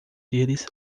deles